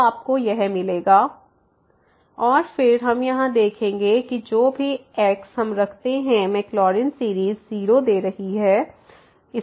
तो आपको मिलेगा 00⋅x0⋅x2⋯0⋅xn और फिर हम यहां देखेंगे कि जो भी x हम रखते हैं मैकलॉरिन सीरीज़ 0 दे रही है